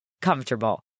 comfortable